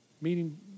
meeting